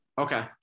Okay